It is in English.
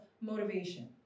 motivation